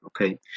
okay